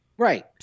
Right